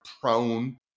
prone